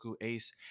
Ace